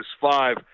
five